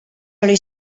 early